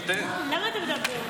תודה רבה.